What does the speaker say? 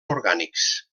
orgànics